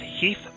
Heath